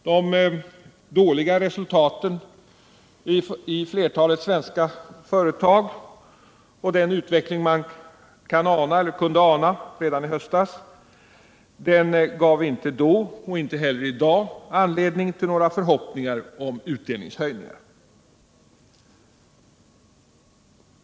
De dåliga resultaten i flertalet svenska företag och den utveckling man kunde ana redan i höstas gav inte då och ger inte heller i dag anledning till några förhoppningar om utdelningshöjningar.